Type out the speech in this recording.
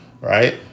right